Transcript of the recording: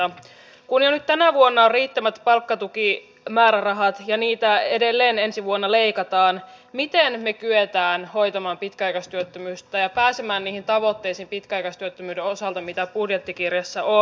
kun jo nyt tänä vuonna on riittämättömät palkkatukimäärärahat ja niitä edelleen ensi vuonna leikataan niin miten me kykenemme hoitamaan pitkäaikaistyöttömyyttä ja pääsemään niihin tavoitteisiin pitkäaikaistyöttömyyden osalta mitä budjettikirjassa on